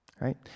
right